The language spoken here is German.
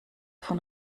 von